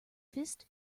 fist